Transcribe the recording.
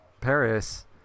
Paris